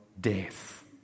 death